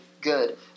good